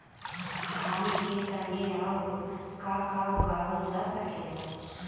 धान के संगे आऊर का का उगावल जा सकेला?